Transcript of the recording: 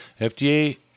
FDA